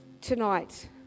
Tonight